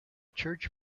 church